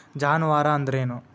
ಜಾನುವಾರು ಅಂದ್ರೇನು?